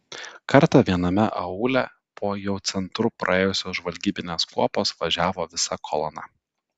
kartą viename aūle po jau centru praėjusios žvalgybinės kuopos važiavo visa kolona